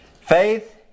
Faith